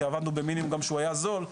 כי עבדנו במינימום גם כשהוא היה זול,